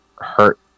hurt